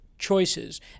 choices